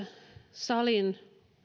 salin